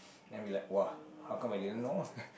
then I be like [wah] how come I didn't know